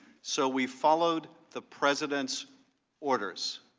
so we followed the president's orders.